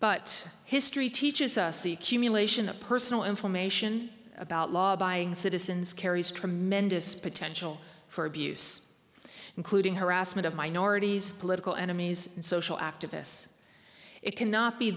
but history teaches us the accumulation of personal information about law abiding citizens carries tremendous potential for abuse including harassment of minorities political enemies social activists it cannot be